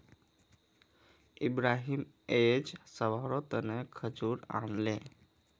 इब्राहिम अयेज सभारो तने खजूर आनले